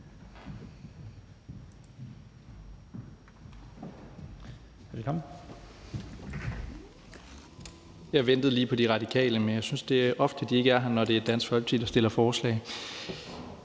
Jeg ventede lige på De Radikale, men jeg synes, det er ofte, de ikke er her, når det er Dansk Folkeparti, der stiller forslag.